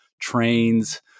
trains